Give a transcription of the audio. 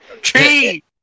Tree